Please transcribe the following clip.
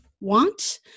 want